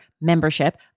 membership